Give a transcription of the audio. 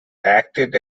acted